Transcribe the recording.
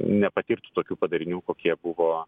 nepatirtų tokių padarinių kokie buvo